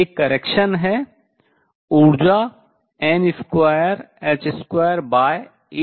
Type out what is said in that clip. एक correction सुधार है ऊर्जा n2h28mL2 है